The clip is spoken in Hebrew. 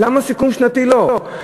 למה סיכום שנתי לא,